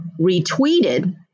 retweeted